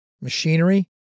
machinery